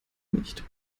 nicht